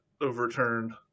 overturned